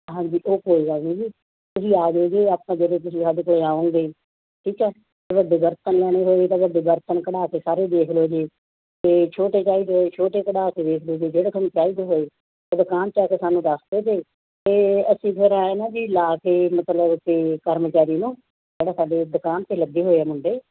ਹਾਂਜੀ ਓਹ ਕੋਈ ਗੱਲ ਨਹੀਂ ਜੀ ਤੁਸੀਂ ਆਜੋ ਜੀ ਆਪਾਂ ਜਦੋਂ ਤੁਸੀਂ ਸਾਡੇ ਕੋਲ ਆਓਗੇ ਠੀਕ ਹੈ ਤੇ ਵੱਡੇ ਬਰਤਨ ਲੈਣੇ ਹੋਏ ਤਾਂ ਵੱਡੇ ਬਰਤਨ ਕਢਵਾ ਕੇ ਸਾਰੇ ਦੇਖ ਲਿਓ ਜੀ ਅਤੇ ਛੋਟੇ ਚਾਹੀਦੇ ਹੋਏ ਛੋਟੇ ਕਢਵਾ ਕੇ ਵੇਖਦੇ ਸੀ ਜਿਹੜੇ ਤੁਹਾਨੂੰ ਚਾਹੀਦੇ ਹੋਏ ਤਾਂ ਦੁਕਾਨ 'ਚ ਆ ਕੇ ਸਾਨੂੰ ਦੱਸ ਦਿਓ ਜੇ ਅਤੇ ਅਸੀਂ ਫਿਰ ਐਂ ਨਾ ਜੀ ਲਾ ਕੇ ਮਤਲਬ ਕਿ ਕਰਮਚਾਰੀ ਨੂੰ ਜਿਹੜਾ ਸਾਡੇ ਦੁਕਾਨ 'ਤੇ ਲੱਗੇ ਹੋਏ ਆ ਮੁੰਡੇ